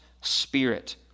spirit